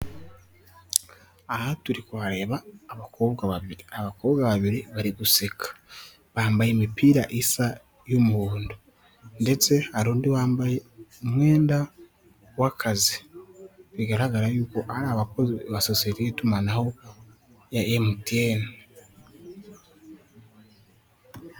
Aha turi kuhareba abakobwa babiri. Abakobwa babiri bari guseka. Bambaye imipira isa y'umuhondo. Ndetse hari undi wambaye umwenda w'akazi. Bigaragara yuko ari abakozi ba sosiyete y'itumanaho ya MTN.